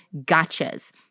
gotchas